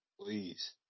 Please